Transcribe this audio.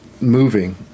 moving